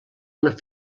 una